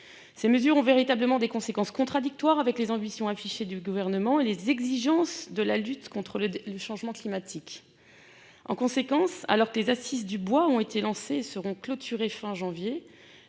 ces mesures ont véritablement des conséquences contradictoires avec les ambitions affichées du gouvernement et les exigences de la lutte contre le changement climatique, en conséquence, alors que les assises du bois ont été lancés seront clôturées fin janvier,